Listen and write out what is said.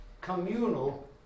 communal